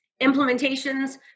implementations